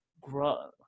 grow